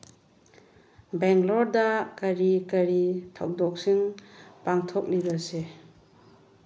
ꯕꯦꯡꯒ꯭ꯂꯣꯔꯗ ꯀꯔꯤ ꯀꯔꯤ ꯊꯧꯗꯣꯛꯁꯤꯡ ꯄꯥꯡꯊꯣꯛꯂꯤꯕꯁꯦ